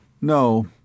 No